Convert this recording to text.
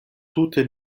tute